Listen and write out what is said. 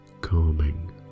calming